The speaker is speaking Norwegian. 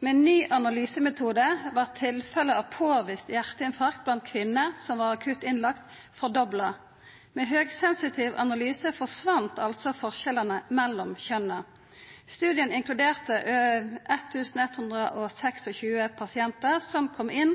Med ny analysemetode vart tilfelle av påvist hjarteinfarkt blant kvinner som var akutt innlagde, fordobla. Med høgsensitiv analyse forsvann altså forskjellane mellom kjønna. Studien inkluderte 1 126 pasientar som kom inn